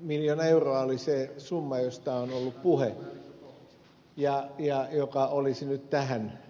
miljoona euroa oli se summa josta on ollut puhe ja joka olisi nyt tähän tulossa